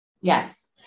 Yes